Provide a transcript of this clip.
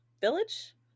village